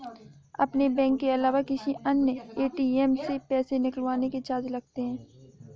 अपने बैंक के अलावा किसी अन्य ए.टी.एम से पैसे निकलवाने के चार्ज लगते हैं